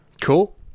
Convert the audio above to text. Cool